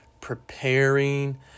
preparing